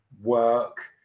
work